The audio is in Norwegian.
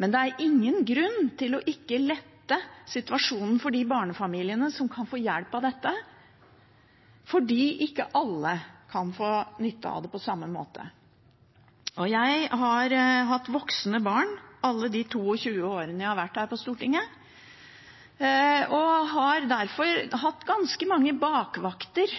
men det er ingen grunn til ikke å lette på situasjonen for de barnefamiliene som kan få hjelp av dette, selv om ikke alle kan få nytte av det på samme måte. Jeg har hatt voksne barn alle de 22 årene jeg har vært her på Stortinget, og har derfor hatt ganske mange bakvakter